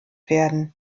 werden